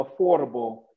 affordable